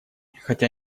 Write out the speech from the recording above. хотя